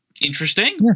interesting